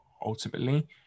ultimately